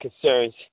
concerns